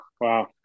Wow